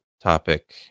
topic